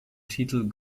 titel